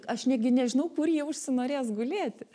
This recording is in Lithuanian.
aš negi nežinau kur jie užsinorės gulėti